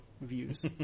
views